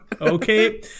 Okay